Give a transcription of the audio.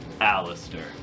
Alistair